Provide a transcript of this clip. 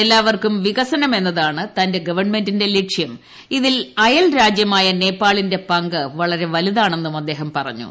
എല്ലാവർക്കും വികസനം എന്നതാണ് തന്റെ ഗവൺമെന്റിന്റെ ലക്ഷ്യം ഇതിൽ അയൽരാജ്യമായ നേപ്പാളിന്റെ ്പങ്ക് വളരെ വലുതാണെന്നും അദ്ദേഹം പറഞ്ഞു